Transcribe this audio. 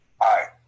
Hi